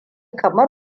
kamar